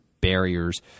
barriers